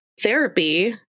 therapy